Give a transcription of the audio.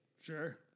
Sure